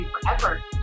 forever